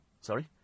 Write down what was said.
Sorry